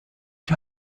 die